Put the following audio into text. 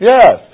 Yes